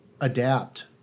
adapt